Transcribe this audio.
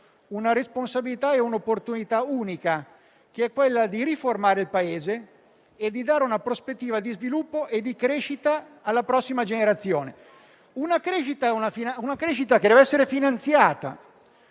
una responsabilità e un'opportunità uniche: riformare il Paese e dare una prospettiva di sviluppo e di crescita alla prossima generazione; ma la crescita deve essere finanziata.